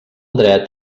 dret